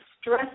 stress